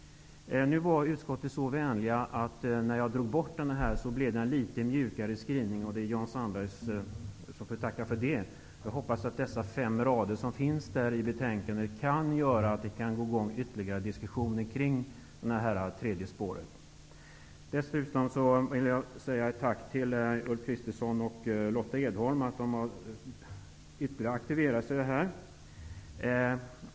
När jag tog tillbaka det, blev utskottets skrivning litet mjukare. Jag får tacka Jan Sandberg för det. Jag hoppas att de fem rader om detta som finns i betänkandet kan göra att vi får i gång ytterligare diskussioner om det tredje spåret. Dessutom vill jag tacka Ulf Kristersson och Lotta Edholm för att de har ytterligare aktiverat sig här.